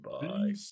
bye